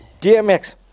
DMX